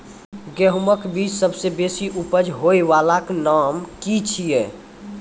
गेहूँमक बीज सबसे बेसी उपज होय वालाक नाम की छियै?